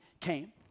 came